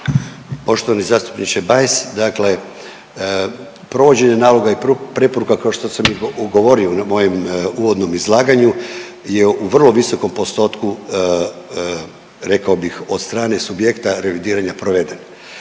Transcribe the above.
Poštovani zastupniče Bajs. Dakle, provođenje naloga i preporuka kao što sam govorio u mojem uvodnom izlaganju je u vrlo visokom postotku rekao bih od strane subjekta revidiranja proveden.